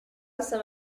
some